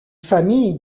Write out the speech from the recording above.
familles